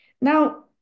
Now